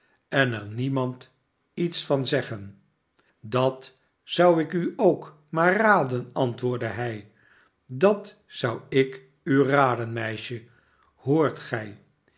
en er niemand iets van zeggen dat zou ik u ook maar raden antwoordde hij dat zou ik u raden meisje hoort gij